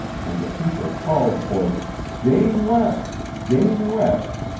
and the people called for jane west! jane west!